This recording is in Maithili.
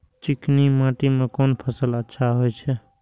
चिकनी माटी में कोन फसल अच्छा होय छे?